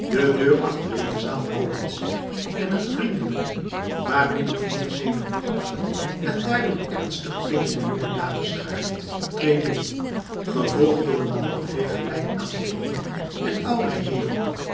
de deur achter in de zaal opent zich en een vriendelijke maar min of meer zenuwachtige en daardoor ernstig blikkende jonge damesschaar treedt binnen gevolgd door een ongeveer gelijk aantal jonge en oudere heeren